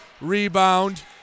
Rebound